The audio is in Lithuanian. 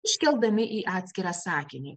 iškeldami į atskirą sakinį